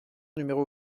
numéro